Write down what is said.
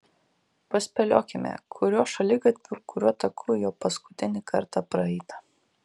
paspėliokime kuriuo šaligatviu kuriuo taku jo paskutinį kartą praeita